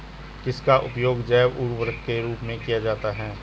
किसका उपयोग जैव उर्वरक के रूप में किया जाता है?